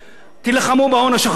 תילחמו בהון השחור.